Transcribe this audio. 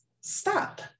stop